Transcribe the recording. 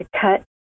cut